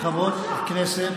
ממש לא.